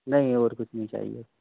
नही और कुछ नहीं चाहिए